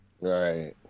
Right